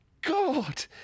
God